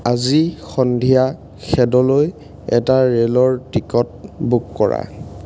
আজি সন্ধিয়া খেডলৈ এটা ৰে'লৰ টিকট বুক কৰা